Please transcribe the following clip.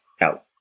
out